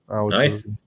Nice